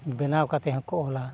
ᱵᱮᱱᱟᱣ ᱠᱟᱛᱮᱫ ᱦᱚᱸᱠᱚ ᱚᱞᱟ